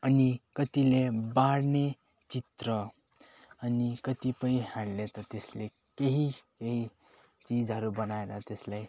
अनि कतिले बाँड्ने चित्र अनि कतिपयहरूले त त्यसले केही केही चिजहरू बनाएर त्यसलाई